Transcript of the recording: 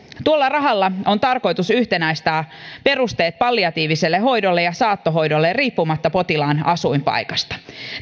tuolla rahalla on tarkoitus yhtenäistää perusteet palliatiiviselle hoidolle ja saattohoidolle riippumatta potilaan asuinpaikasta